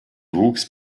wuchs